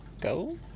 go